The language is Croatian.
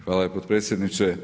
Hvala potpredsjedniče.